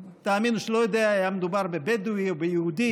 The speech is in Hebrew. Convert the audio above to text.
תאמין לי שלא יודע אם היה מדובר בבדואי או ביהודי,